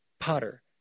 Potter